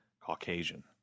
Caucasian